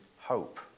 hope